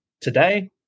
today